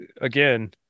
again